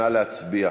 נא להצביע.